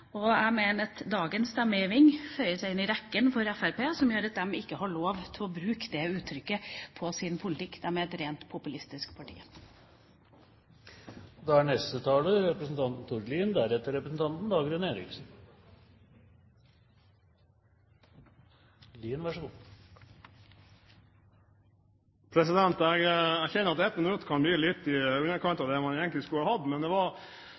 Jeg mener at dagens stemmegivning føyer seg inn i rekken når det gjelder Fremskrittspartiet, som gjør at de ikke har lov til å bruke det uttrykket om sin politikk. Det er et rent populistisk parti. Representanten Tord Lien har også hatt ordet to ganger tidligere og får ordet til en kort merknad, begrenset til 1 minutt. Jeg kjenner at 1 minutt kan bli litt i underkant